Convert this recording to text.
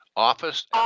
Office